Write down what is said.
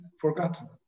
forgotten